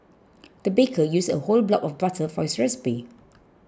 the baker used a whole block of butter for his recipe